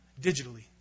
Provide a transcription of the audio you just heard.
digitally